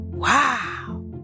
Wow